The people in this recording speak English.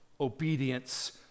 obedience